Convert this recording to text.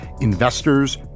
investors